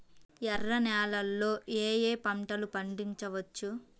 ఎర్ర నేలలలో ఏయే పంటలు పండించవచ్చు?